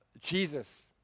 Jesus